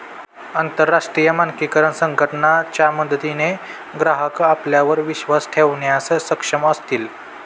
अंतरराष्ट्रीय मानकीकरण संघटना च्या मदतीने ग्राहक आपल्यावर विश्वास ठेवण्यास सक्षम असतील